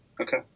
Okay